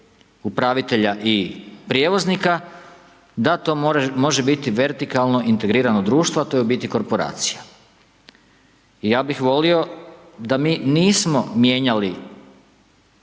upravitelja i prijevoznika, da to može biti vertikalno integrirano društvo, a to je u biti korporacija. I ja bih volio da mi nismo mijenjali